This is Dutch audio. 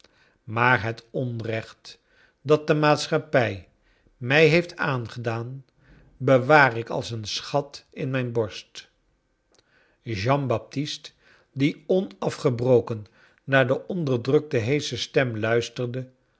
maar het onrecht dat de maatschappij mij he eft aangedaan bewaar ik als een schat in mijn borst jean baptist die onafgebroken naar de onderdrukte heesche stem luisterde